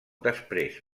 després